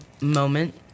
moment